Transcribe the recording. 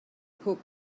pob